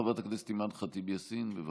חברת הכנסת אימאן ח'טיב יאסין, בבקשה.